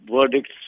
verdicts